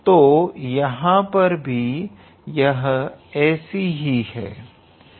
तो यहां पर भी यह ऐसी ही है